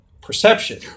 perception